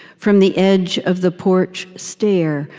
from the edge of the porch stair,